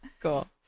Cool